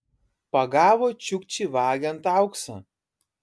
pagavo čiukčį vagiant auksą